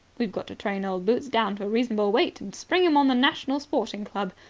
we've got to train old boots down to a reasonable weight and spring him on the national sporting club.